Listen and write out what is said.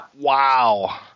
Wow